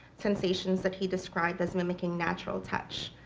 sensations that he described as mimicking natural touch,